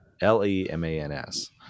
L-E-M-A-N-S